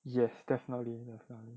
yes definitely